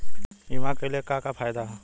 बीमा कइले का का फायदा ह?